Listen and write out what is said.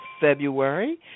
february